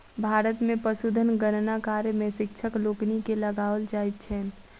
भारत मे पशुधन गणना कार्य मे शिक्षक लोकनि के लगाओल जाइत छैन